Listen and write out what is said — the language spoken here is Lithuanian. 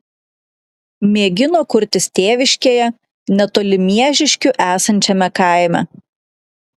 mėgino kurtis tėviškėje netoli miežiškių esančiame kaime